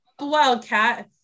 wildcat